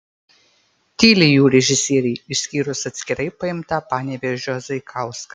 tyli jų režisieriai išskyrus atskirai paimtą panevėžio zaikauską